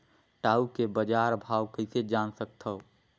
टाऊ के बजार भाव कइसे जान सकथव?